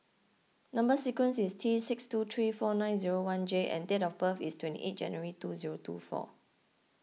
Number Sequence is T six two three four nine zero one J and date of birth is twenty eight January two zero two four